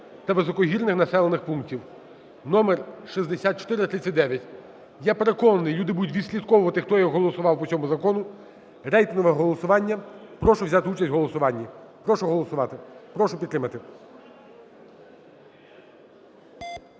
та високогірних населених пунктів (№ 6439). Я переконаний, люди будуть відслідковувати, хто як голосував по цьому закону. Рейтинговим голосуванням прошу взяти участь в голосуванні. Прошу голосувати. Прошу підтримати.